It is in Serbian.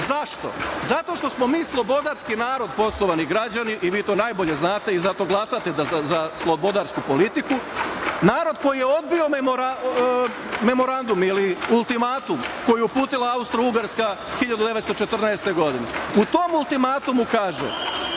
Zašto? Zato što smo mi slobodarski narod poštovani građani i vi to najbolje znate i zato glasate za slobodarsku politiku, narod koji je odbio memorandum ili ultimatum koji je uputila Austrougarska 1914. godine. U tom ultimatumu kaže